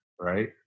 right